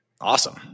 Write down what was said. Awesome